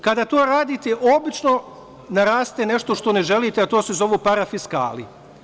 Kada to radite, obično naraste nešto što ne želite, a to se zove parafiskali.